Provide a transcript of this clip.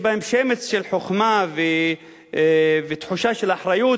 בהם שמץ של חוכמה ותחושה של אחריות,